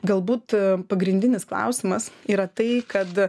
galbūt pagrindinis klausimas yra tai kad